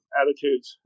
attitudes